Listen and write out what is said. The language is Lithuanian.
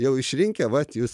jau išrinkę vat jus